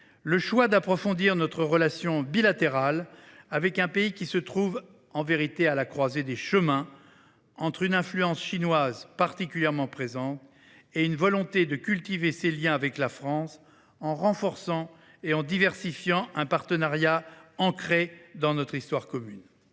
le choix d’approfondir notre relation bilatérale avec un pays qui se trouve à la croisée des chemins, entre une influence chinoise particulièrement présente et une volonté de cultiver ses liens avec la France en renforçant et en diversifiant un partenariat ancré dans notre histoire commune.